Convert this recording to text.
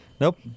Nope